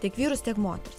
tiek vyrus tiek moteris